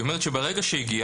זה אומר שברגע שהגיע